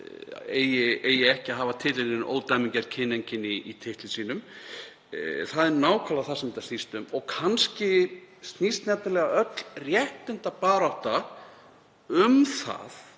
eigi ekki að hafa orðin ódæmigerð kyneinkenni í heiti sínu. Það er nákvæmlega það sem þetta snýst um og kannski snýst nefnilega öll réttindabarátta um það